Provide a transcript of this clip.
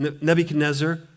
Nebuchadnezzar